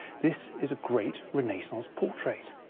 this is a great renaissance portrait.